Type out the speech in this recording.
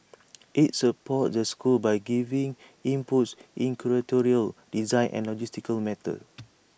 IT supports the schools by giving inputs in curatorial design and logistical matters